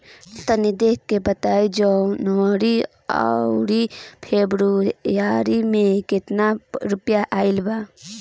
तनी देख के बताई कि जौनरी आउर फेबुयारी में कातना रुपिया आएल बा?